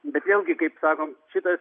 bet vėlgi kaip sakom šitas